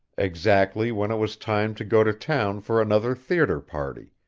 exactly when it was time to go to town for another theatre party,